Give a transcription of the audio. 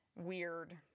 weird